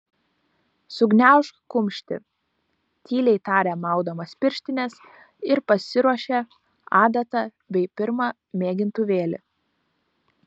sugniaužk kumštį tyliai tarė maudamasis pirštines ir pasiruošė adatą bei pirmą mėgintuvėlį